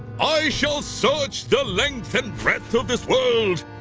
i shall search the length and breadth of this world